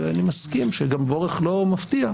ואני מסכים שגם באורך לא מפתיע,